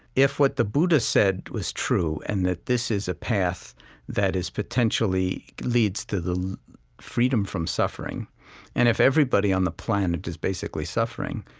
if what the buddha said was true and that this is a path that potentially leads to the freedom from suffering and if everybody on the planet is basically suffering,